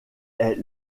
est